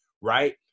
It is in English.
Right